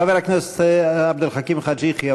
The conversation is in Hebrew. חבר הכנסת עבד אל חכים חאג' יחיא,